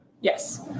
yes